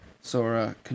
Sora